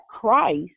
Christ